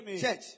Church